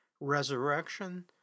resurrection